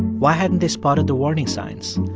why hadn't they spotted the warning signs?